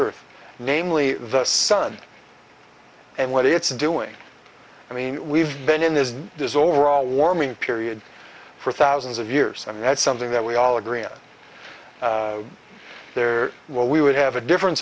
earth namely the sun and what it's doing i mean we've been in this does overall warming period for thousands of years and that's something that we all agree on there where we would have a difference